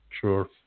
Sure